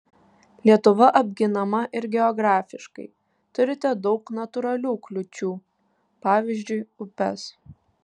lietuva apginama ir geografiškai turite daug natūralių kliūčių pavyzdžiui upes